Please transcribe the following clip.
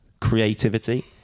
creativity